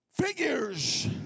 figures